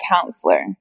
counselor